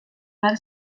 behar